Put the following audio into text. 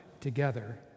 together